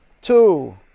two